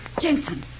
Jensen